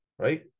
Right